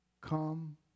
come